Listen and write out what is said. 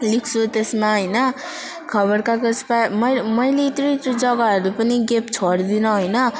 लेख्छु त्यसमा होइन खबर कागज पा मै मैले यत्रु यत्रु जग्गाहरू पनि ग्याप छोड्दिनँ होइन